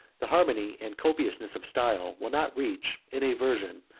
the harmony and copiousness of style will not reach, in a version,